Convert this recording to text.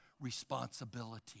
responsibility